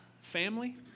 family